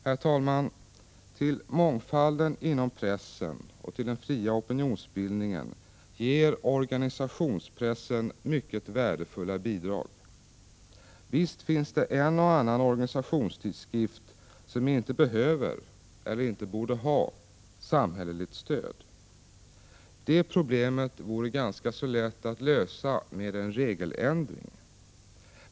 Herr talman! Till mångfalden inom pressen och till den fria opinionsbildningen ger organisationspressen mycket värdefulla bidrag. Visst finns det en och annan organisationstidskrift som inte behöver eller inte borde ha samhälleligt stöd. Det problemet vore ganska lätt att lösa med en regeländring.